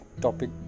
topic